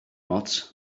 ots